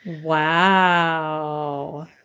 Wow